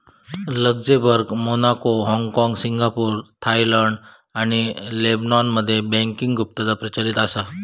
Luxembourg, Monaco, हाँगकाँग, Singapore, Ireland आणि लेबनॉनमध्ये बँकिंग गुप्तता प्रचलित असा